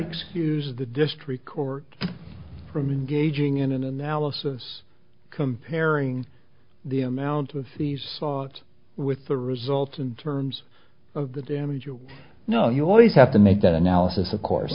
excuse the district court from engaging in an analysis comparing the amount of these thoughts with the results in terms of the damage you know you always have to make that analysis of course